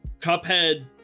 cuphead